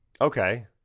Okay